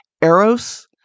Eros